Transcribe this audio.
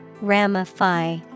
Ramify